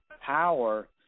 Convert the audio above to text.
power